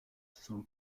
son